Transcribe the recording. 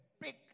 big